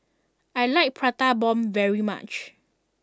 I like Prata Bomb very much